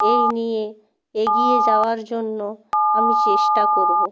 এই নিয়ে এগিয়ে যাওয়ার জন্য আমি চেষ্টা করব